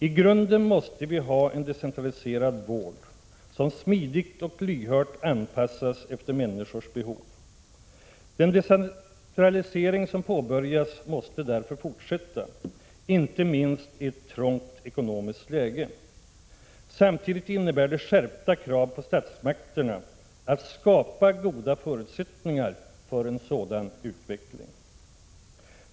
I grunden måste vi ha en decentraliserad vård som smidigt och lyhört anpassas efter människors behov. Den decentralisering som påbörjats måste därför fortsätta, inte minst i ett trångt ekonomiskt läge. Samtidigt innebär det skärpta krav på statsmakterna att skapa goda förutsättningar för en sådan utveckling.